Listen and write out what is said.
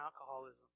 alcoholism